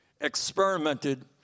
experimented